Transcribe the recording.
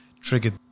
triggered